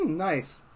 nice